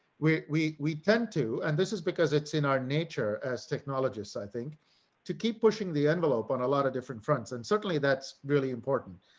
we, we we tend to and this is because it's in our nature as technologists. i think to keep pushing the envelope on a lot of different fronts. and certainly that's really important.